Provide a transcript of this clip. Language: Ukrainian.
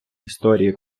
історії